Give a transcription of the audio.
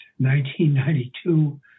1992